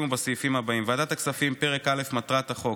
ובסעיפים הבאים: ועדת הכספים: פרק א' מטרת החוק,